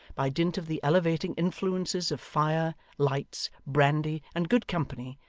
by dint of the elevating influences of fire, lights, brandy, and good company,